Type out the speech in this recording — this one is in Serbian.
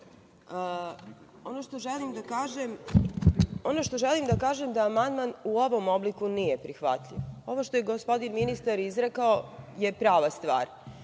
ono što želim da kažem jeste da amandman u ovom obliku nije prihvatljiv. Ono što je gospodin ministar izrekao je prava stvar.